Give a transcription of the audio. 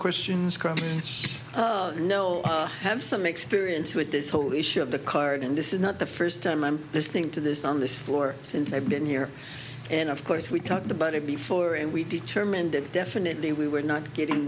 questions come know i have some experience with this whole issue of the card and this is not the first time i'm listening to this on this floor since i've been here and of course we talked about it before and we determined that definitely we were not getting